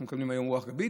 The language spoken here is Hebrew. אנחנו מקבלים היום רוח גבית.